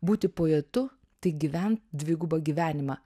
būti poetu tai gyvent dvigubą gyvenimą